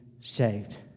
saved